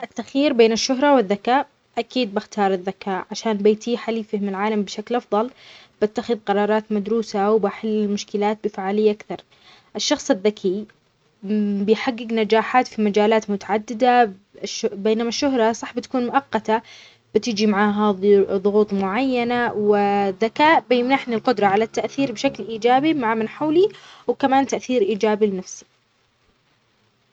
أفضل أن أكون الأكثر ذكاءً. لأن الذكاء يساعدني على فهم العالم واتخاذ قرارات حكيمة، ويمنحني القدرة على التأثير بشكل إيجابي في حياتي وحياة الآخرين. الشهرة قد تكون عابرة، لكن الذكاء يظل قيمة حقيقية تفتح لي أبواب الفرص والتحديات.